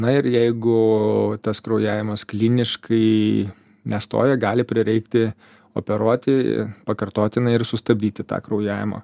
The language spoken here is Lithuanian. na ir jeigu tas kraujavimas kliniškai nestoja gali prireikti operuoti pakartotinai ir sustabdyti tą kraujavimą